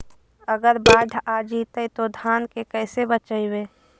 अगर बाढ़ आ जितै तो धान के कैसे बचइबै?